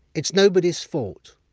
it's nobody's fault!